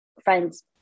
friend's